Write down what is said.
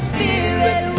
Spirit